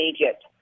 Egypt